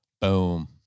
Boom